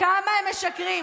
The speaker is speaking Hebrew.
כמה הם משקרים.